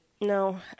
No